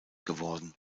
geworden